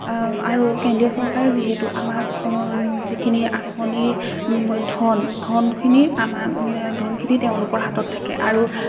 আৰু কেন্দ্ৰীয় চৰকাৰে যিহেতু আমাক যিখিনি আঁচনিৰ ধন ধনখিনি আমাক ধনখিনি তেওঁলোকৰ হাতত থাকে আৰু